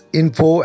info